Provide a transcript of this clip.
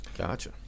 Gotcha